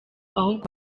ahubwo